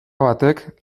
batek